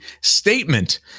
statement